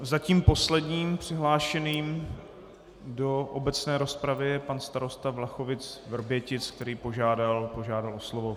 Zatím posledním přihlášeným do obecné rozpravy je pan starosta VlachovicVrbětic, který požádal o slovo.